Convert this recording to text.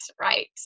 Right